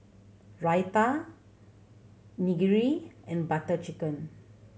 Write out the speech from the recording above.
Raita Onigiri and Butter Chicken